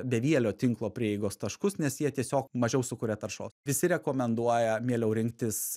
bevielio tinklo prieigos taškus nes jie tiesiog mažiau sukuria taršos visi rekomenduoja mieliau rinktis